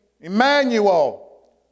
Emmanuel